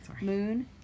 moon